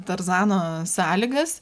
tarzano sąlygas